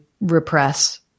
repress